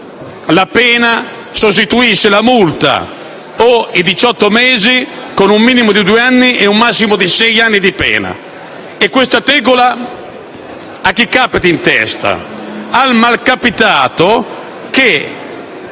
la pena sostituisce la multa o i diciotto mesi di carcere con un minimo di due anni ed un massimo di sei anni di pena. E questa tegola a chi capita in testa? Al malcapitato che